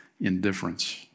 indifference